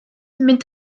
mynd